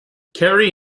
kerry